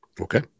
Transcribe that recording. Okay